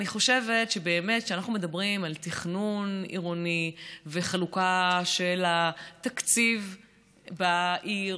אני חושבת שכשאנחנו מדברים על תכנון עירוני ועל חלוקה של התקציב בעיר,